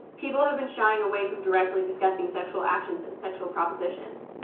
people have been shying away from directly discussing sexual actions and sexual propositions.